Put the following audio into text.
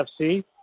FC